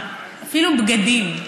אפילו בגדים,